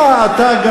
אה, גם אתה.